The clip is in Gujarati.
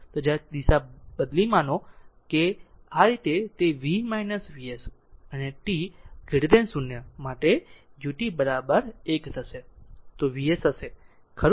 જ્યારે આ દિશા બદલી માની લો કે આ રીતે તે V V S અને t 0 ut 1 થશે તો તે V s હશે ખરું